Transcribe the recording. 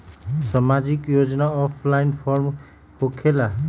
समाजिक योजना offline form होकेला?